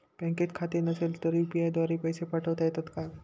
बँकेत खाते नसेल तर यू.पी.आय द्वारे पैसे पाठवता येतात का?